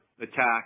attack